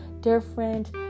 different